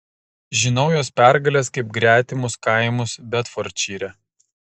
žinau jos pergales kaip gretimus kaimus bedfordšyre